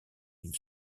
une